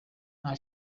nta